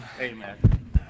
Amen